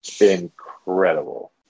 incredible